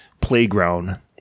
playground